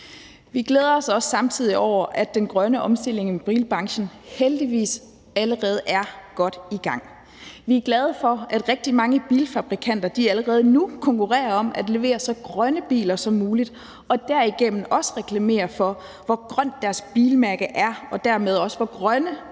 Vi glæder os samtidig over, at den grønne omstilling i bilbranchen heldigvis allerede er godt i gang. Vi er glade for, at rigtig mange bilfabrikanter allerede nu konkurrerer om at levere så grønne biler som muligt og derigennem også reklamerer for, hvor grønt deres bilmærke er, og dermed også, hvor grønne